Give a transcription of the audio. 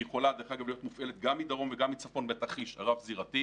היא יכולה דרך אגב להיות מופעלת גם מדרום וגם מצפון בתרחיש הרב-זירתי,